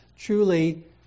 Truly